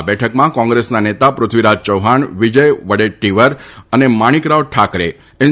આ બેઠકમાં કોંગ્રેસના નેતા પૃથ્વીરાજ ચૌહાણ વિજય વડેટ્ટીવર અને માણીકરાવ ઠાકરે એન